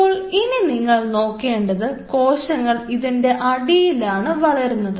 അപ്പോൾ ഇനി നിങ്ങൾ നോക്കേണ്ടത് കോശങ്ങൾ ഇതിൻറെ അടിയിലാണ് വളരുന്നത്